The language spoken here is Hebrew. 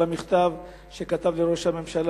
על המכתב שכתב לראש הממשלה,